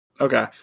Okay